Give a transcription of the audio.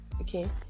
Okay